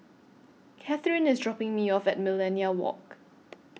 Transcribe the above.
Katheryn IS dropping Me off At Millenia Walk